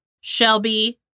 Shelby